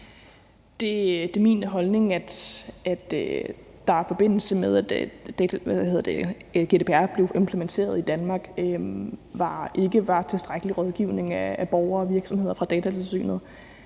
Det er min holdning, at der i forbindelse med, at GDPR blev implementeret i Danmark, ikke var tilstrækkelig rådgivning af borgere og virksomheder fra Datatilsynets